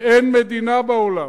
ואין מדינה בעולם,